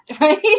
right